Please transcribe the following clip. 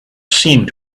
seemed